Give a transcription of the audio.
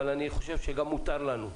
אבל אני חושב שגם מותר לנו,